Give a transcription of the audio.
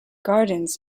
gardens